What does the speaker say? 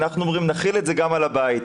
אנחנו אומרים: נחיל את זה גם על הבית.